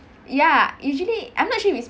ya usually I'm not sure if it's